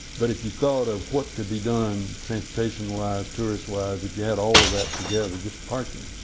but if you thought of what could be done transportation-wise, tourist-wise, if you add all of that together, just parking